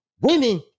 women